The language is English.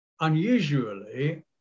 unusually